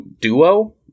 duo